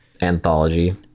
Anthology